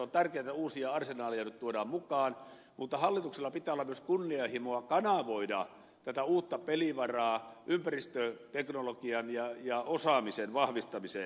on tärkeätä että uusia arsenaaleja nyt tuodaan mukaan mutta hallituksella pitää olla myös kunnianhimoa kanavoida tätä uutta pelivaraa ympäristöteknologian ja osaamisen vahvistamiseen